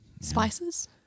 Spices